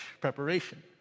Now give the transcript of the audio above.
preparation